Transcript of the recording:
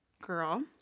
girl